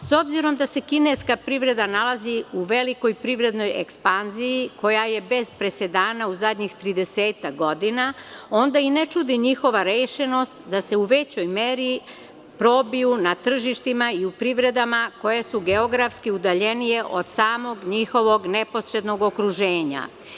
S obzirom da se kineska privreda nalazi u velikoj privrednoj ekspanziji, koja je bez presedana u zadnjih tridesetak godina, onda i ne čudi njihova rešenost da se u većoj meri probiju na tržištima i u privredama koje su geografski udaljenije od samog njihovog neposrednog okruženja.